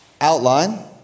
outline